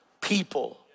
people